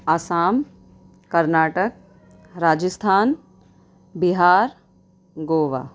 Assam Karnataka Rajasthan Bihar Goa